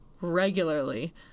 regularly